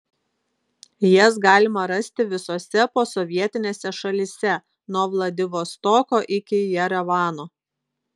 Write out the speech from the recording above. jas galima rasti visose posovietinėse šalyse nuo vladivostoko iki jerevano